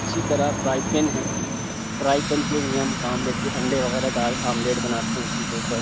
اِسی طرح fry pan ہیں فرائی پن پہ بھی ہم کام لیتے انڈے وغیرہ کا آملیٹ بناتے ہیں اِسی کے اوپر